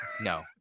No